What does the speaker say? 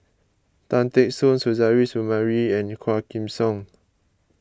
Tan Teck Soon Suzairhe Sumari and Quah Kim Song